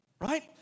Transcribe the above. Right